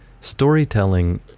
Storytelling